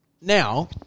Now